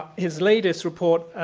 his latest report,